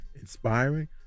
inspiring